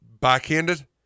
backhanded